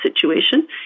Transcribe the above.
situation